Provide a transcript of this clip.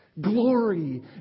glory